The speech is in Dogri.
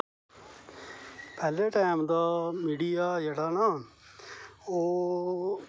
अज्ज दे टाइम दा मीडिया जेहड़ा ना ओह्